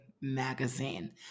Magazine